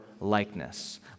likeness